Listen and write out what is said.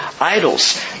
idols